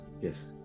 Yes